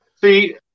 See